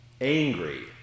angry